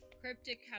Cryptic